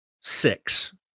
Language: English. six